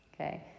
Okay